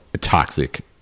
toxic